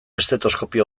estetoskopio